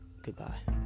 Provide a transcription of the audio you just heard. goodbye